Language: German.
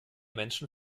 menschen